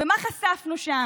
ושלא תטעו,